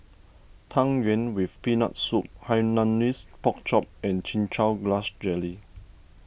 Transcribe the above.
Tang Yuen with Peanut Soup Hainanese Pork Chop and Chin Chow Grass Jelly